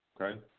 Okay